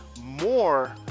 more